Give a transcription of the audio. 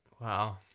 Wow